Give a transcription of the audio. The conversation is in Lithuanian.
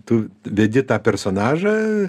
tu vedi tą personažą